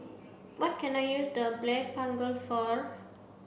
what can I use the Blephagel for